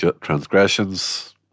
transgressions